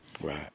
right